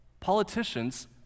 politicians